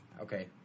Okay